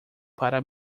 para